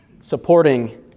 supporting